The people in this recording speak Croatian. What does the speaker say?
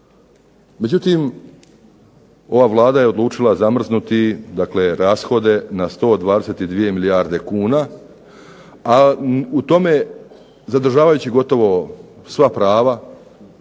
Međutim, ova Vlada je odlučila zamrznuti, dakle rashode na 122 milijarde kuna, a u tome zadržavajući gotovo sva prava